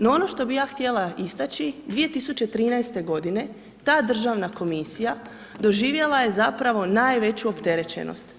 No, ono što bih ja htjela istaći, 2013. godine ta državna komisija doživjela je zapravo najveću opterećenost.